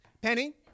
Penny